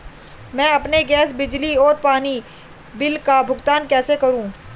मैं अपने गैस, बिजली और पानी बिल का भुगतान कैसे करूँ?